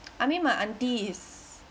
I mean my aunty is